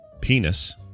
penis